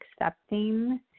accepting